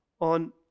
on